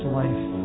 life